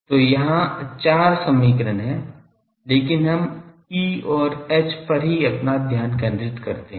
तो यहां चार समीकरण हैं लेकिन हम E और H पर ही अपना ध्यान केंद्रित करते हैं